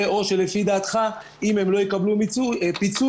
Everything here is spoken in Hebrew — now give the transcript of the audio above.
ו/או לפי דעתך אם הם לא יקבלו פיצוי